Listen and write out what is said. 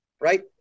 right